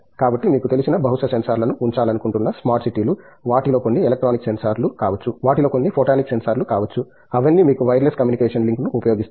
కాబట్టి మీకు తెలిసిన బహుళ సెన్సార్లను ఉంచాలనుకుంటున్న స్మార్ట్ సిటీలు వాటిలో కొన్ని ఎలక్ట్రానిక్ సెన్సార్లు కావచ్చు వాటిలో కొన్ని ఫోటనిక్ సెన్సార్లు కావచ్చు అవన్నీ మీకు వైర్లెస్ కమ్యూనికేషన్ లింక్ను ఉపయోగిస్తారు